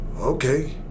Okay